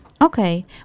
Okay